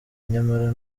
nyamara